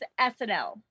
snl